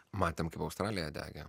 matėm kaip australija degė